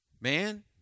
Man